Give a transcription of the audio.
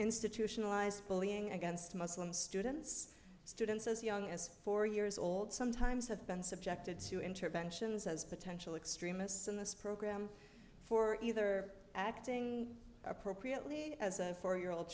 institutionalized bullying against muslim students students as young as four years old sometimes have been subjected to interventions as potential extremists in this program for either acting appropriately as a four year old